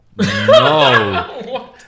No